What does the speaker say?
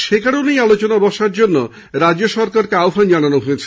সে কারণে আলোচনায় বসার জন্য রাজ্য সরকারকে আহ্বান জানানো হয়েছে